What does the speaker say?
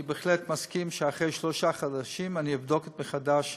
אני בהחלט מסכים שאחרי שלושה חודשים אני אבדוק מחדש